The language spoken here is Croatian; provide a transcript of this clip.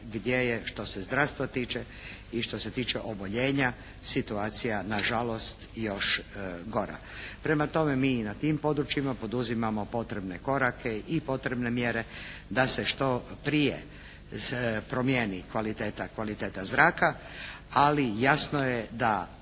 što se zdravstva tiče i što se tiče oboljenja situacija nažalost još gora. Prema tome mi i na tim područjima poduzimamo potrebne korake i potrebne mjere da se što prije promijeni kvaliteta zraka ali jasno je da